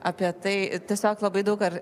apie tai tiesiog labai daug ar